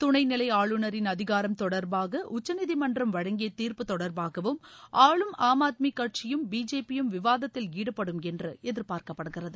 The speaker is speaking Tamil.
துணைநிலை ஆளுநரின் அதிகாரம் தொடர்பாக உச்சநீதிமன்றம் வழங்கிய தீர்ப்பு தொடர்பாகவும் ஆளும் ஆம்ஆத்மி கட்சியும் பிஜேபியும் விவாதத்தில் ஈடுபடும் என்று எதிர்பார்க்கப்படுகிறது